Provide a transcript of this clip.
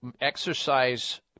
exercise